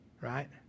right